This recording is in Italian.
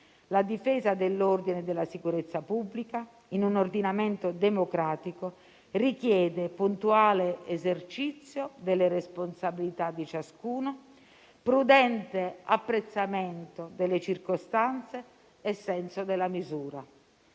la difesa dell'ordine e della sicurezza pubblica in un ordinamento democratico richiede puntuale esercizio delle responsabilità di ciascuno; prudente apprezzamento delle circostanze e senso della misura,